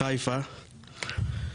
חיפה,